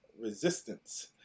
resistance